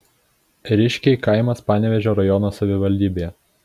ėriškiai kaimas panevėžio rajono savivaldybėje